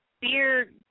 beer